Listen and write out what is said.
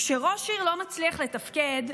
כשראש עיר לא מצליח לתפקד,